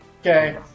Okay